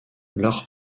leur